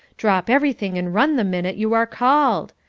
drop everything and run the minute you are called.